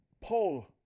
Paul